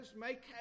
Make